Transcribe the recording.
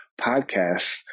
podcasts